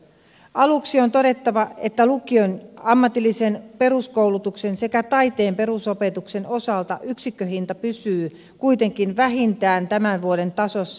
aluksi on todettava että lukion ammatillisen peruskoulutuksen sekä taiteen perusopetuksen osalta yksikköhinta pysyy kuitenkin vähintään tämän vuoden tasossa